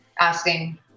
asking